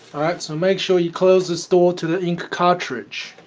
alright so make sure you close this door to the ink cartridge